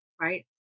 right